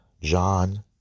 John